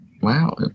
Wow